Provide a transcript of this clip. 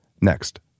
next